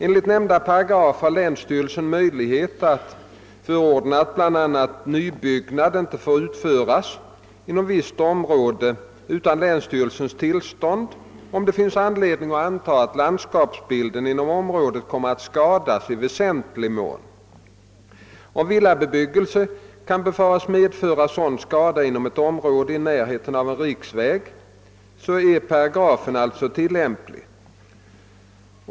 Enligt nämnda paragraf har länsstyrelsen möjlighet att förordna att bl.a. nybyggnad inte får utföras inom visst område utan länsstyrelsens tillstånd om det finns anledning att anta, att landskapsbilden inom området kommer att skadas i väsentlig mån. Om villabebyggelse kan befaras medföra sådan skada inom ett område i närheten av en riksväg, är paragrafen alltså tillämplig.